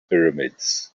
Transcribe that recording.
pyramids